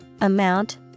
AMOUNT